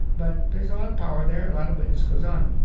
but there's a lot of power there. a lot of witness goes on